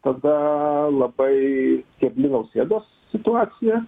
tada labai kebli nausėdos situacija